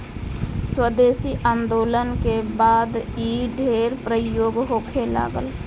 स्वदेशी आन्दोलन के बाद इ ढेर प्रयोग होखे लागल